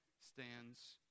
stands